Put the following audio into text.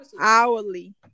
hourly